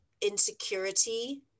insecurity